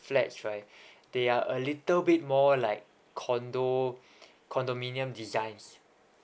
flat right they are a little bit more like condominium condominium designs